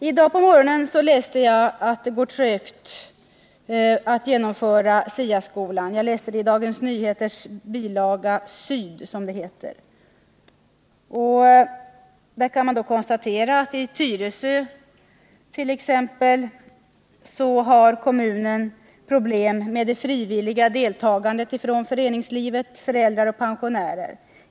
I dag på morgonen läste jag i Dagens Nyheters bilaga DN Syd att det går trögt att genomföra SIA-skolan. Tyresö kommun t.ex. har problem med det frivilliga deltagandet från föreningsliv, föräldrar och pensionärer.